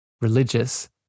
religious